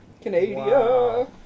Canada